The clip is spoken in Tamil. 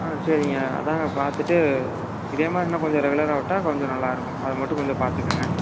ஆ சரிங்க அதுதாங்க பார்த்துட்டு இதே மாதிரி இன்னும் கொஞ்சம் ரெகுலராக விட்டால் கொஞ்சம் நல்லா இருக்கும் அது மட்டும் கொஞ்சம் பார்த்துக்கங்க